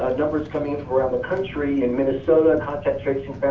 ah numbers coming in from around the country in minnesota, contact tracing,